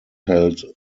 held